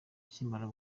akimara